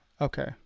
Okay